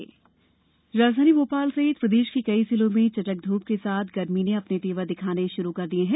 मौसम राजधानी भोपाल सहित प्रदेश के कई जिलों मे चटक धप के साथ गर्मी ने अपने तेवर दिखाना शुरू कर दिये हैं